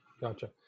Gotcha